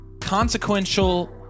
consequential